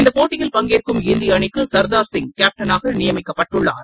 இந்தப் போட்டியில் பங்கேற்கும் இந்திய அணிக்கு சர்தார் சிங் கேப்டனாக நியமிக்கப்பட்டுள்ளார்